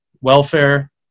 welfare